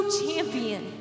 champion